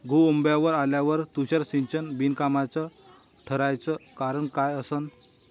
गहू लोम्बावर आल्यावर तुषार सिंचन बिनकामाचं ठराचं कारन का असन?